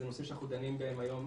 אלו נושאים שאנחנו דנים בהם היום.